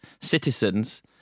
citizens